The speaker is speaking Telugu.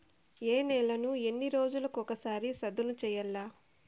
ఏ నేలను ఎన్ని రోజులకొక సారి సదును చేయల్ల?